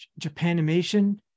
Japanimation